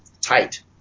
tight